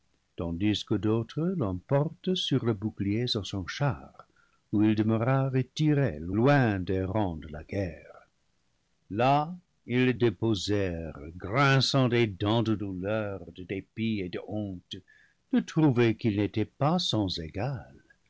tandis que d'autres l'empor tent sur leurs boucliers à son char où il demeura retiré loin des rangs de la guerre là ils le déposèrent grinçant des dents de douleur de dépit et de honte de trouver qu'il n'était pas sans égal